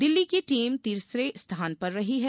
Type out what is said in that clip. दिल्ली की टीम तीसरी स्थान पर रही है